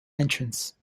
entrance